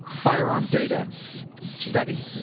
firearm data study.